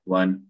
one